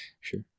Sure